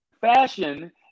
fashion